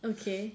okay